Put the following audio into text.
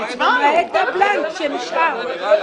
נכון, למעט הבלאנק שנשאר.